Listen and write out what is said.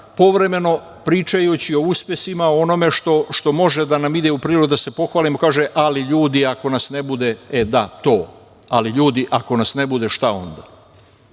povremeno, pričajući o uspesima, o onome što može da nam ide u prilog da se pohvalimo, kaže - ali ljudi ako nas ne bude, e, da, to, ali ljudi ako nas ne bude, šta